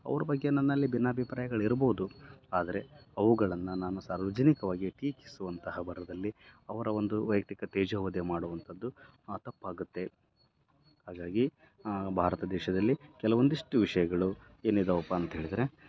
ಅವ್ರ ಬಗ್ಗೆ ನನ್ನಲ್ಲಿ ಭಿನ್ನಾಭಿಪ್ರಾಯಗಳ್ ಇರ್ಬೋದು ಆದರೆ ಅವುಗಳನ್ನು ನಾನು ಸಾರ್ವಜನಿಕವಾಗಿ ಟೀಕಿಸುವಂತಹ ಭರದಲ್ಲಿ ಅವರ ಒಂದು ವೈಯಕ್ತಿಕ ತೇಜೋವಧೆ ಮಾಡುವಂಥದ್ದು ತಪ್ಪಾಗುತ್ತೆ ಹಾಗಾಗಿ ಭಾರತ ದೇಶದಲ್ಲಿ ಕೆಲವೊಂದಿಷ್ಟು ವಿಷಯಗಳು ಏನಿದಾವಪ್ಪ ಅಂತ್ಹೇಳಿದ್ರೆ